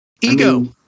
ego